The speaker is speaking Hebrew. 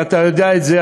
ואתה יודע את זה,